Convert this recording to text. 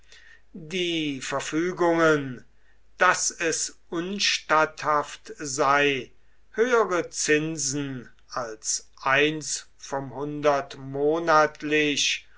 die verfügungen daß es unstatthaft sei höhere zinsen als eins vom hundert monatlich